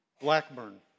Blackburn